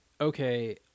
Okay